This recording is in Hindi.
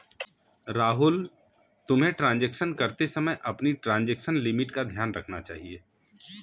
राहुल, तुम्हें ट्रांजेक्शन करते समय अपनी ट्रांजेक्शन लिमिट का ध्यान रखना चाहिए